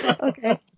Okay